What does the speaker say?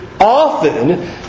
often